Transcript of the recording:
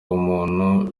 ukuntu